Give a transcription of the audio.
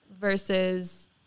versus